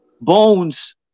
bones